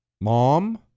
mom